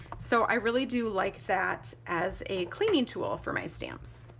so i really do like that as a cleaning tool for my stamps.